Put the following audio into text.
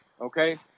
okay